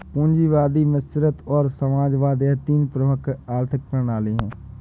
पूंजीवाद मिश्रित और समाजवाद यह तीन प्रमुख आर्थिक प्रणाली है